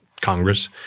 Congress